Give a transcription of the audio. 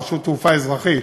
רשות תעופה אזרחית,